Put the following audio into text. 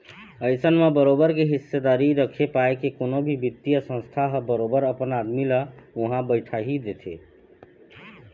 अइसन म बरोबर के हिस्सादारी रखे पाय के कोनो भी बित्तीय संस्था ह बरोबर अपन आदमी ल उहाँ बइठाही देथे